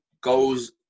goes